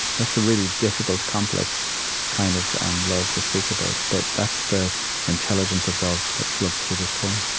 that's a really difficult, complex kind of and love to speak about, but that's the intelligence of love that floats through this poem.